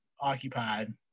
occupied